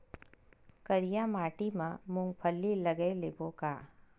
करिया माटी मा मूंग फल्ली लगय लेबों का?